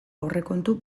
aurrekontu